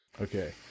Okay